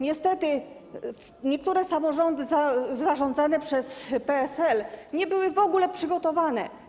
Niestety niektóre samorządy zarządzane przez PSL nie były w ogóle przygotowane.